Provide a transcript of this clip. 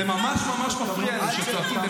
זה ממש מפריע לי כשצועקים,